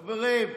חברים,